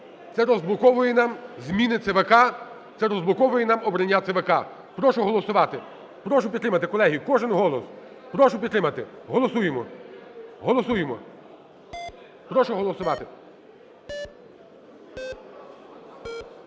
Це розблоковує нам зміни ЦВК, це розблоковує нам обрання ЦВК. Прошу голосувати. Прошу підтримати, колеги, кожен голос. Прошу підтримати. Голосуємо, голосуємо, прошу голосувати.